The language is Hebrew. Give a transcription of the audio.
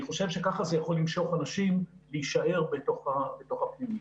אני חושב שככה זה יכול למשוך אנשים להישאר בתוך הפנימית.